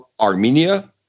Armenia